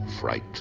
fright